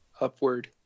upward